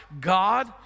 God